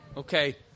Okay